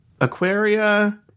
Aquaria